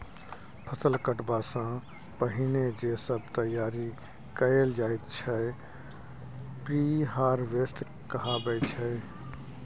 फसल कटबा सँ पहिने जे सब तैयारी कएल जाइत छै प्रिहारवेस्ट कहाबै छै